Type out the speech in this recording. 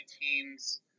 teams